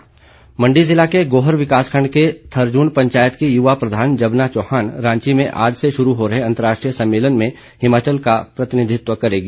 जबना चौहान मंडी जिला के गोहर विकास खंड के थरजून पंचायत की युवा प्रधान जबना चौहान रांची में आज से शुरू हो रहे अंतर्राष्ट्रीय सम्मेलन में हिमाचल का प्रतिनिधित्व करेगी